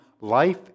Life